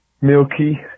milky